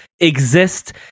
exist